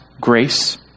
grace